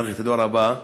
מערכת הדור הבא,